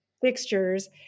fixtures